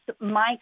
Mike